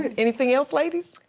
and anything else ladies?